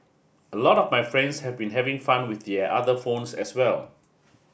a lot of my friends have been having fun with their other phones as well